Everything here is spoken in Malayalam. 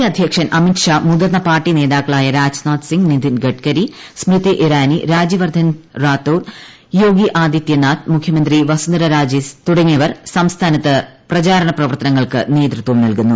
പി അദ്ധ്യക്ഷൻ അമിത് ഷാ മുതിർന്ന പാർട്ടി നേതാക്കളായ രാജ്നാഥ്സിംഗ് നിഥിൻ ഗഡ്കരി സ്മൃതി ഇറാനി രാജ്യവർദ്ധൻ റാത്തോർ യോഗി അദിത്യനാഥ് മുഖ്യമന്ത്രി വസുന്ധരാരാജെ തുടങ്ങിയവർ സംസ്ഥാനത്ത് പ്രചാരണ പ്രവർത്തനങ്ങൾക്ക് നേതൃത്വം നൽകുന്നു